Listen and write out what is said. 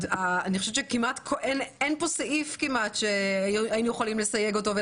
אני חושבת שכמעט ואין כאן סעיף אותו היינו יכולים לסייג.